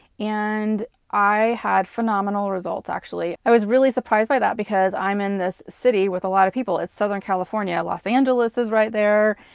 and i had phenomenal results, actually. i was really surprised by that, because i'm in this city with a lot of people, it's southern california. los angeles is right there,